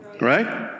Right